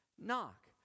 Knock